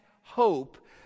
hope